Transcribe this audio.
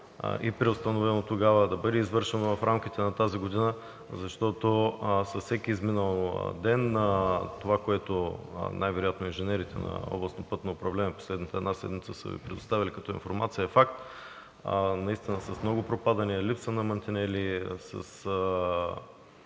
и преустановено тогава, да бъде извършено в рамките на тази година. Защото с всеки изминал ден това, което най-вероятно инженерите на областното пътно управление в последната една седмица са Ви предоставили като информация, е факт – наистина с много пропадания, липса на мантинели,